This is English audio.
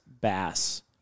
bass